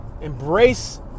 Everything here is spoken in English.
Embrace